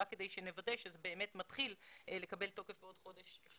רק כדי שנוודא שזה באמת מתחיל לקבל תוקף בעוד חודש.